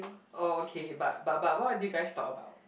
oh okay but but but what do you guys talk about